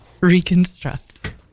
reconstruct